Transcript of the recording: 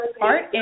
art